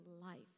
life